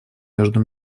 между